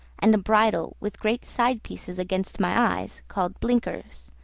and a bridle with great side-pieces against my eyes called blinkers,